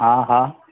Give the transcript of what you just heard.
હા હા